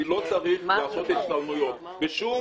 אני לא צריך לעשות השתלמויות בשום